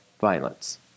violence